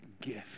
gift